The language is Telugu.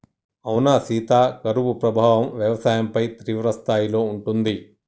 అవునా సీత కరువు ప్రభావం వ్యవసాయంపై తీవ్రస్థాయిలో ఉంటుంది